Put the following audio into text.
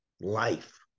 life